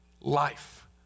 Life